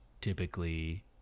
typically